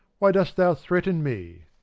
why dost thou threaten me?